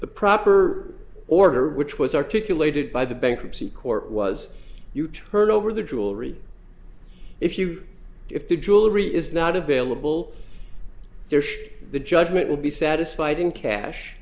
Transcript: the proper order which was articulated by the bankruptcy court was you turn over the jewelry if you if the jewelry is not available there the judgment will be satisfied in cash